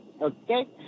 okay